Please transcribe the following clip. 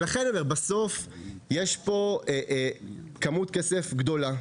יש פה כמות כסף גדולה.